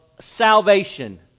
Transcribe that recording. Salvation